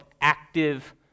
active